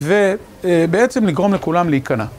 ובעצם לגרום לכולם להיכנע.